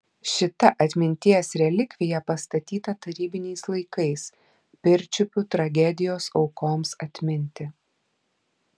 šita atminties relikvija pastatyta tarybiniais laikais pirčiupių tragedijos aukoms atminti